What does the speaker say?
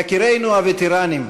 יקירינו הווטרנים,